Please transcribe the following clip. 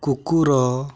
କୁକୁର